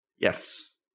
Yes